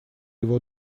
его